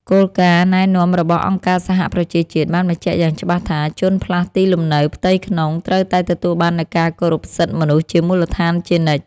គោលការណ៍ណែនាំរបស់អង្គការសហប្រជាជាតិបានបញ្ជាក់យ៉ាងច្បាស់ថា ជនផ្លាស់ទីលំនៅផ្ទៃក្នុងត្រូវតែទទួលបាននូវការគោរពសិទ្ធិមនុស្សជាមូលដ្ឋានជានិច្ច។